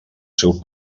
seu